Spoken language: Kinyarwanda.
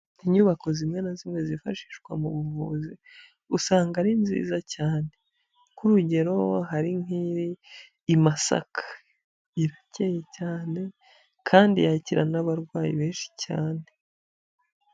Inyubako zimwe na zimwe zifashishwa mu buvuzi, usanga ari nziza cyane. Nk'urugero hari nk'iri i Masaka. Irakeye cyane kandi yakira n'abarwayi benshi cyane.